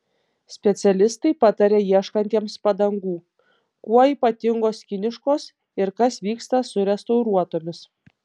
specialistai pataria ieškantiems padangų kuo ypatingos kiniškos ir kas vyksta su restauruotomis